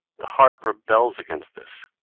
the heart rebels against this,